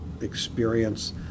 experience